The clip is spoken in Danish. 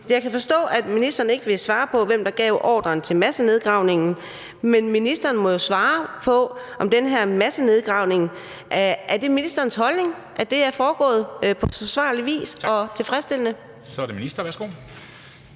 Jeg kan forstå, at ministeren ikke vil svare på, hvem der gav ordren til massenedgravningen, men ministeren må jo svare på, om det er ministerens holdning, at den her massenedgravning er foregået på forsvarlig vis og tilfredsstillende. Kl.